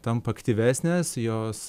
tampa aktyvesnės jos